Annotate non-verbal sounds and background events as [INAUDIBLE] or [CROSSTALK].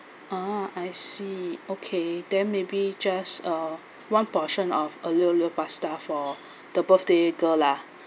uh I see okay then maybe just a one portion of aglio olio pasta for [BREATH] the birthday girl lah [BREATH]